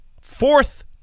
fourth